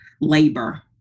labor